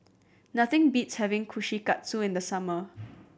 nothing beats having Kushikatsu in the summer